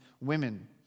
women